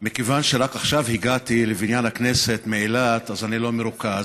מכיוון שרק עכשיו הגעתי לבניין הכנסת מאילת אז אני לא מרוכז,